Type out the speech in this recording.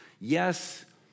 yes